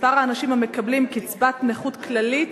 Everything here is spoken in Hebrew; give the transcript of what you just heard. מספר האנשים שקיבלו קצבת נכות כללית